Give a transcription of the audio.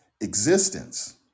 existence